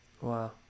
Wow